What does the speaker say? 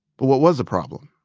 but what was the problem?